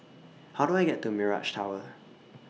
How Do I get to Mirage Tower